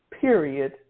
period